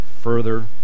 further